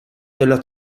della